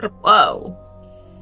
Whoa